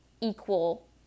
equal